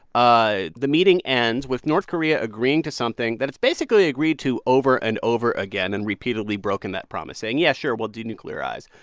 ah the meeting ends with north korea agreeing to something that's it's basically agreed to over and over again and repeatedly broken that promise, saying, yeah, sure. we'll denuclearize.